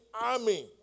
army